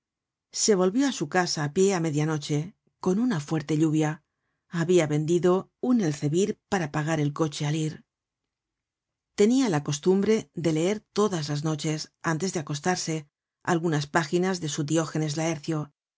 se volvió á su casa á pie á media noche con una fuerte lluvia habia vendido un elzebü para pagar el coche al ir content from google book search generated at tenia la costumbre de leer todas las noches antes acostarse algunas páginas de su diógenes